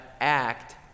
act